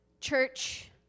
Church